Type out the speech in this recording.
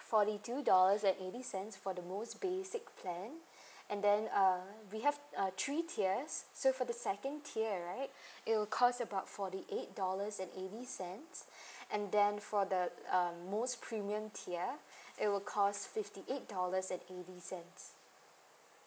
forty two dollars and eighty cents for the most basic plan and then uh we have uh three tiers so for the second tier right it will cost about forty eight dollars and eighty cents and then for the um most premium tier it will cost fifty eight dollars and eighty cents